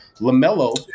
LaMelo